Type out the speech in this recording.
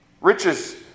Riches